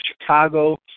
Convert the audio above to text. Chicago